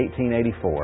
1884